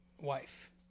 wife